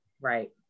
right